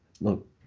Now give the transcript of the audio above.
look